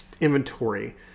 inventory